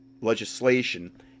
legislation